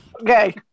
Okay